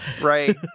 Right